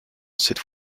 cette